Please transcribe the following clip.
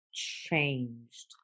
changed